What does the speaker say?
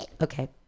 okay